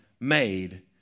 made